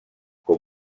com